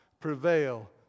prevail